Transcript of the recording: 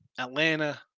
Atlanta